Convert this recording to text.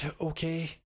okay